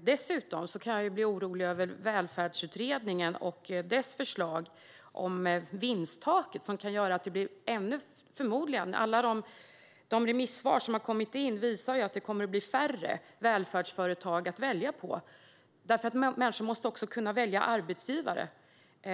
Dessutom kan jag bli orolig över Välfärdsutredningen och dess förslag om vinsttaket som kan göra att det förmodligen, enligt alla de remissvar som har kommit in, blir färre välfärdsföretag att välja bland. Människor måste kunna välja arbetsgivare.